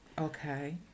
Okay